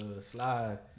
slide